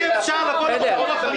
אנחנו נטפל בזה.